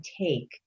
take